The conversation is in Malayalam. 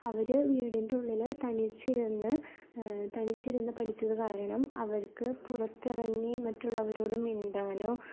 അവർ വീടിൻ്റെ ഉള്ളിൽ തനിച്ചിരുന്ന് തനിച്ചിരുന്ന് പഠിച്ചത് കാരണം അവർക്ക് പുറത്തിറങ്ങി മറ്റുള്ളവരോട് മിണ്ടാനോ